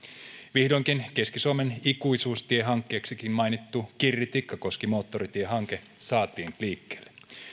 vihdoinkin keski suomen ikuisuustiehankkeeksikin mainittu kirri tikkakoski moottoritiehanke saatiin liikkeelle